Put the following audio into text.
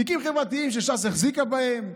תיקים חברתיים שש"ס החזיקה בהם,